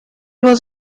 was